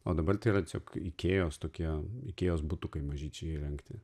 o dabar tai yra tiesiog ikėjos tokie ikėjos butukai mažyčiai įrengti